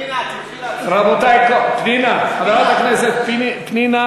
פנינה, חברת הכנסת פנינה